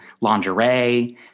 lingerie